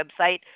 website